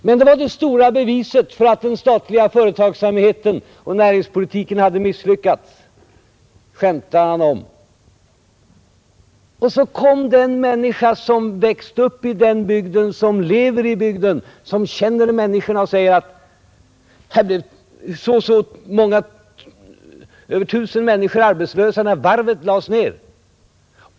Men det var det stora beviset för att den statliga företagsamheten och näringspolitiken hade misslyckats, skämtar han om. Och så kom det en människa som växt upp i den bygden, som lever i bygden, som känner människorna, och säger att här blev över 1 000 människor arbetslösa när varvet lades ned.